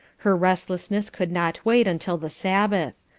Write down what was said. her restlessness could not wait until the sabbath.